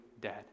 dead